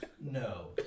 no